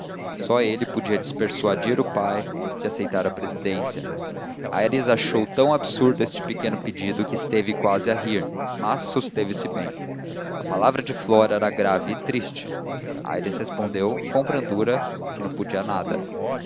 só ele podia despersuadir o pai de aceitar a presidência aires achou tão absurdo este pedido que esteve quase a rir mas susteve se bem a palavra de flora era grave e triste aires respondeu com brandura que não podia nada